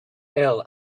ill